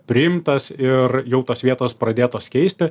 priimtas ir jau tos vietos pradėtos keisti